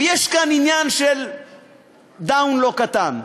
ויש כאן עניין של דאון לא קטן.